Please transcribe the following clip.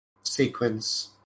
sequence